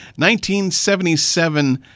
1977